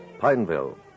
Pineville